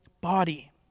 body